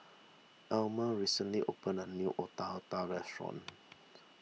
Almer recently opened a new Otak Otak restaurant